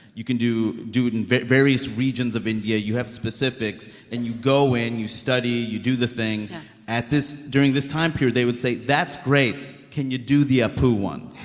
you can do do and various regions of india. you have specifics. and you go in, you study, you do the thing yeah at this during this time period, they would say, that's great. can you do the apu one?